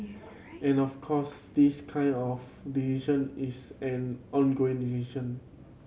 and of course this kind of it's an ongoing